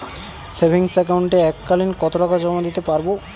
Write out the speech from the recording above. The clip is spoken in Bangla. সেভিংস একাউন্টে এক কালিন কতটাকা জমা দিতে পারব?